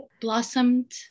blossomed